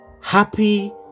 Happy